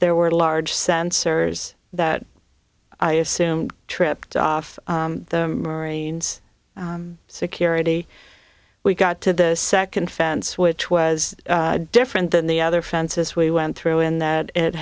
there were large sensors that i assume tripped off the marines security we got to the second fence which was different than the other fences we went through in that it